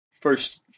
first